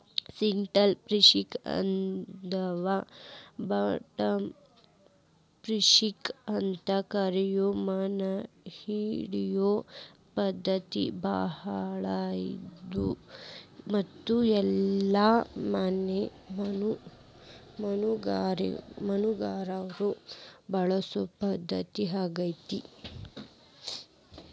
still fishing ಅಥವಾ bottom fishing ಅಂತ ಕರಿಯೋ ಮೇನಹಿಡಿಯೋ ಪದ್ಧತಿ ಬಾಳ ಹಳೆದು ಮತ್ತು ಎಲ್ಲ ಮೇನುಗಾರರು ಬಳಸೊ ಪದ್ಧತಿ ಆಗೇತಿ